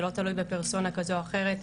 שלא תלוי בפרסונה כזו או אחרת,